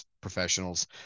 professionals